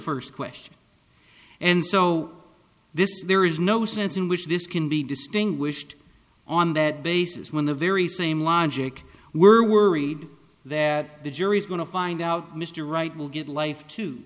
first question and so this there is no sense in which this can be distinguished on that basis when the very same logic were worried that the jury's going to find out mr right will get life to